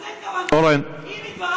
אין לו דרך ארץ.